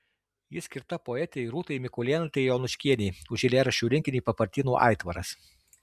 ji skirta poetei rūtai mikulėnaitei jonuškienei už eilėraščių rinkinį papartynų aitvaras